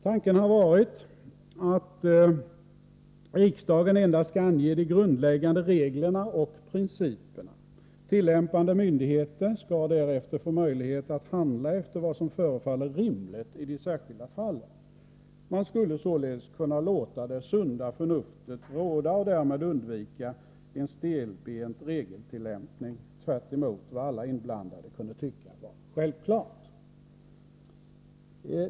Tanken har varit att riksdagen endast skall ange de grundläggande reglerna och principerna. Tillämpande myndigheter skall därefter få möjlighet att handla efter vad som förefaller rimligt i de särskilda fallen. Man skulle således kunna låta det sunda förnuftet råda och därmed undvika en stelbent regeltillämpning tvärtemot vad alla inblandande kunde tycka vara självklart.